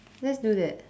let's do that